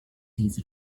his